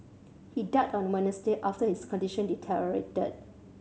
he died on Wednesday after his condition deteriorated